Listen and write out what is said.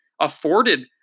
afforded